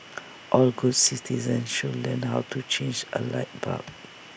all good citizens should learn how to change A light bulb